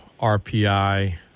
RPI